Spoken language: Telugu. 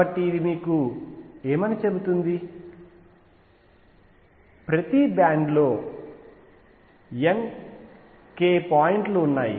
కాబట్టి ఇది మీకు ఏమి చెబుతుంది ప్రతి బ్యాండ్ లో N k పాయింట్ లు ఉన్నాయి